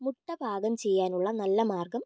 മുട്ട പാകം ചെയ്യാനുള്ള നല്ല മാർഗം ഏതാണ്